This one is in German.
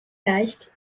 leicht